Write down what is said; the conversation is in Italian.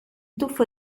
tuffo